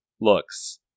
looks